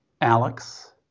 Alex